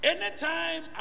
Anytime